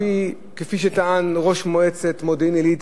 כפי שטען ראש מועצת מודיעין-עילית,